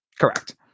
correct